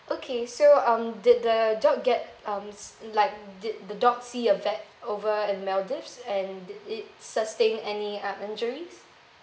okay so um did the dog get um like did the dog see a vet over in maldives and did it sustain any uh injuries